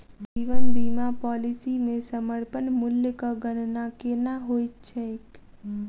जीवन बीमा पॉलिसी मे समर्पण मूल्यक गणना केना होइत छैक?